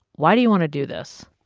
why do you want to do this?